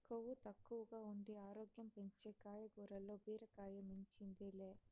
కొవ్వు తక్కువగా ఉండి ఆరోగ్యం పెంచే కాయగూరల్ల బీరకాయ మించింది లే